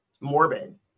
morbid